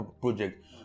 project